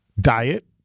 diet